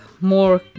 more